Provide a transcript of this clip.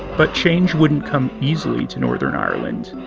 but change wouldn't come easily to northern ireland.